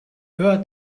hör